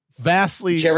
vastly